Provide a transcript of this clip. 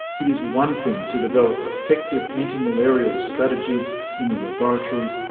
it is one thing to develop effective anti-malaria strategies in the laboratory,